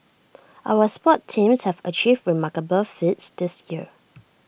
our sports teams have achieved remarkable feats this year